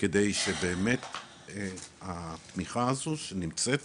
כדי שבאמת התמיכה הזו שנמצאת